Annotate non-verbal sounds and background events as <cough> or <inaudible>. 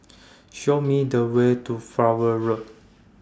<noise> Show Me The Way to Flower Road